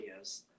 videos